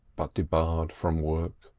but debarred from work.